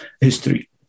history